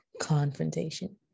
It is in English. confrontation